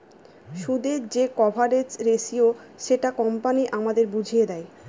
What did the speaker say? সুদের যে coverage ratio সেটা কোম্পানি আমাদের বুঝিয়ে দেয়